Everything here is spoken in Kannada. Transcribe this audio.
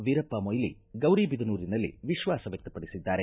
ವೀರಪ್ಪ ಮೊಯ್ಲಿ ಗೌರಿಬಿದನೂರಿನಲ್ಲಿ ವಿಶ್ವಾಸ ವ್ಚಕ್ತಪಡಿಸಿದ್ದಾರೆ